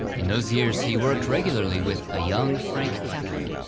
in those years he worked regularly with a young frank capra.